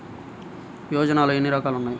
యోజనలో ఏన్ని రకాలు ఉన్నాయి?